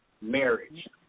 Marriage